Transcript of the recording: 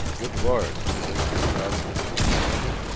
good lord, do you think you're travelling on a pullman?